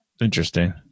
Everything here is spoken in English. Interesting